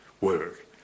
work